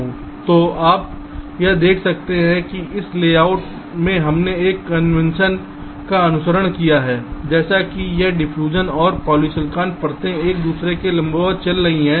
तो आप यहां देख सकते हैं कि इस लेआउट में हमने एक कन्वेंशन का अनुसरण किया है जैसे कि यह डिफ्यूजन और पॉलीसिलिकॉन परतें एक दूसरे के लंबवत चल रही हैं